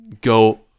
go